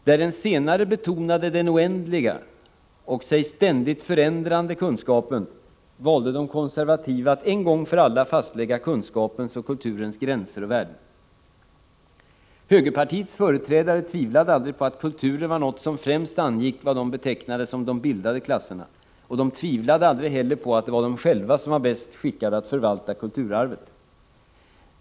Där den senare betonade den oändliga och sig ständigt förändrande kunskapen, valde de konservativa att en gång för alla fastlägga kunskapens och kulturens gränser och värden. Högerpartiets företrädare tvivlade aldrig på att kulturen var något som främst angick vad de betecknade som de bildade klasserna, och de tvivlade aldrig heller på att det var de själva som var bäst skickade att förvalta kulturarvet.